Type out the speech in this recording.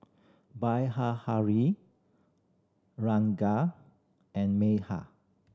Ranga and Medha